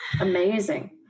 Amazing